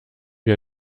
wir